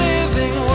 Living